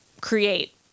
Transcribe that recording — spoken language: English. create